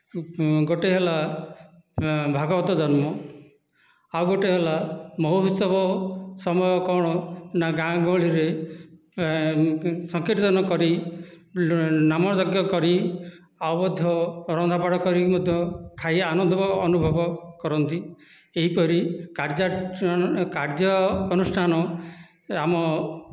ଗୋଟିଏ ହେଲା ଭାଗବତ ଜନ୍ମ ଆଉ ଗୋଟିଏ ହେଲା ମହୋତ୍ସବ ସମୟ କ'ଣ ନାଁ ଗାଁ ଗହଳିରେ ସଂକୀର୍ତ୍ତନ କରି ନ ନାମ ଯଜ୍ଞ କରି ଆଉ ମଧ୍ୟ ରନ୍ଧା ବଢ଼ା କରିକି ମଧ୍ୟ ଖାଇ ଆନନ୍ଦ ଅନୁଭବ କରନ୍ତି ଏହିପରି କାର୍ଯ୍ୟାନୁଷ୍ଠାନ କାର୍ଯ୍ୟ ଅନୁଷ୍ଠାନ ଆମ